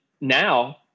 now